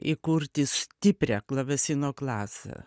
įkurti stiprią klavesino klasę